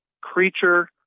creature